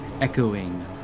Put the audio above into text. echoing